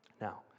Now